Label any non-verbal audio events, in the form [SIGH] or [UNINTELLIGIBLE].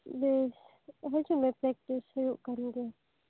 ᱦᱮᱸ ᱦᱮᱸᱪᱚ [UNINTELLIGIBLE] ᱯᱮᱠᱴᱤᱥ ᱦᱩᱭᱩᱜ ᱠᱟᱱ ᱜᱮᱭᱟ